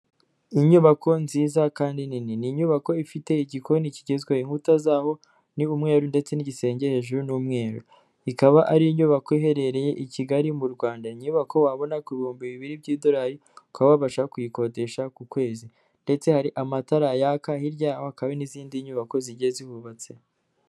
Inyubako nziza kandi nini, ni inyubako ifite igikoni kigezwe, inkuta zaho n'umweru ndetse n'igisenge hejuru n'umweru, ikaba ari inyubako iherereye i Kigali mu Rwanda, inyubako wabona ku ibihumbi bibiri by'idolari ukaba wabasha kuyikodesha ku kwezi ndetse hari amatara yaka, hirya yaho hakaba n'izindi nyubako zigiye zihubatse.